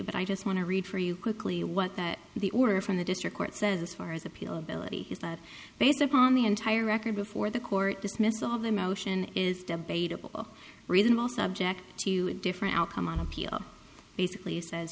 but i just want to read for you quickly what that the order from the district court says as far as appeal ability is that based upon the entire record before the court dismissal of their motion is debatable reasonable subject to different outcome on appeal basically says